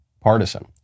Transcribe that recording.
partisan